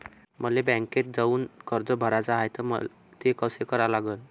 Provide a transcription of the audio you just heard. मले बँकेत जाऊन कर्ज भराच हाय त ते कस करा लागन?